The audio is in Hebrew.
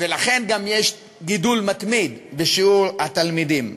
ולכן גם יש גידול מתמיד בשיעור התלמידים,